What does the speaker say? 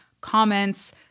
comments